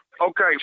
Okay